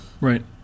Right